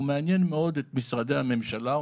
הוא מעניין מאוד את משרדי הממשלה,